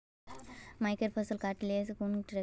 मकईर फसल काट ले कुन ट्रेक्टर दे?